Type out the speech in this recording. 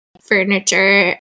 furniture